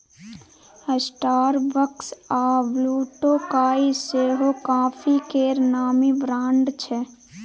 Starbucks आ ब्लुटोकाइ सेहो coffee केर नामी ब्रांड छै